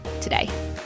today